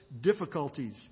difficulties